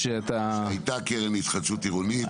שהייתה קרן התחדשות עירונית.